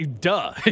duh